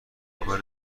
کار